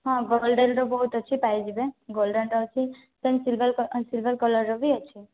ହଁ ବହୁତ ଅଛି ପାଇଯିବେ ଗୋଲଡ଼େନ୍ର ଅଛି ସେମ୍ ସିଲ୍ଭର୍ ସିଲ୍ଭର୍ କଲର୍ର ବି ଅଛି